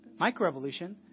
microevolution